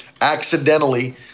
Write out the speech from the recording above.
accidentally